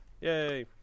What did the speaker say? Yay